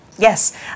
Yes